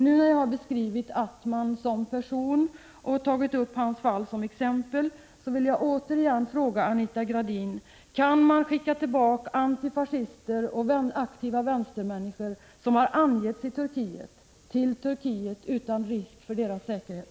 Nu när jag har beskrivit Atman som person och tagit upp hans fall som exempel vill jag återigen fråga Anita Gradin: Kan man skicka tillbaka antifascister och aktiva vänstermänniskor som har angetts i Turkiet till Turkiet utan risk för deras säkerhet?